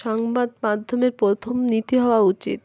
সংবাদ মাধ্যমের প্রথম নীতি হওয়া উচিত